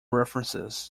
references